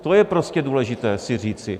To je prostě důležité si říci.